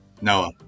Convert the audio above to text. Noah